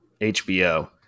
HBO